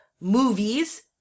movies